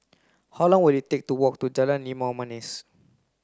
how long will it take to walk to Jalan Limau Manis